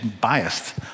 biased